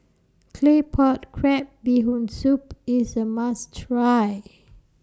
Claypot Crab Bee Hoon Soup IS A must Try